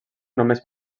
només